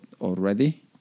already